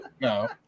no